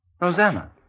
Rosanna